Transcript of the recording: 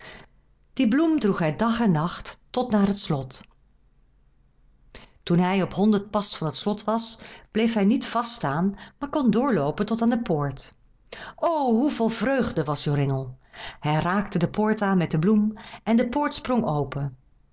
die bloem droeg hij dag en nacht tot naar het slot toen hij op honderd pas van het slot was bleef hij niet vast staan maar kon doorloopen tot aan de poort o hoe vol vreugde was joringel hij raakte de poort aan met de bloem en de poort sprong open